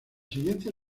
siguientes